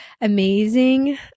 amazing